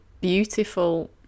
beautiful